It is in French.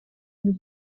une